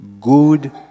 good